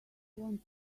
want